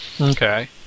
Okay